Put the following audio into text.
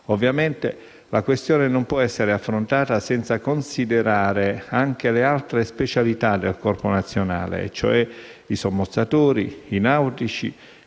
Ovviamente la questione non può essere affrontata senza considerare anche le altre specialità del Corpo nazionale - cioè, i sommozzatori, i nautici